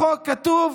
בחוק כתוב